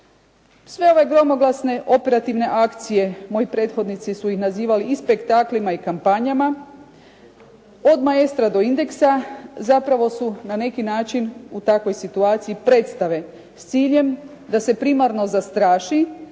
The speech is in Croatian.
Sve ove gromoglasne operativne akcije, moji prethodnici su ih nazivali i spektaklima i kampanja od Maestra do Indeksa zapravo su na neki način u takvoj situaciji predstave s ciljem da se primarno zastraši,